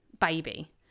baby